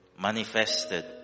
manifested